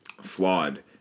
flawed